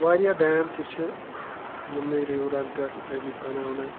واریاہ ڈَیم تہِ چھِ یِمنٕے رِورَن پؠٹھ آمٕتۍ بَناونہٕ